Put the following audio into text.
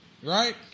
Right